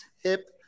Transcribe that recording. hip